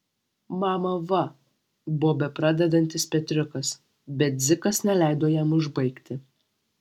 mama va buvo bepradedantis petriukas bet dzikas neleido jam užbaigti